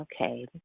okay